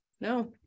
No